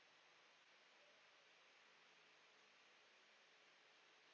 the